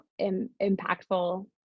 impactful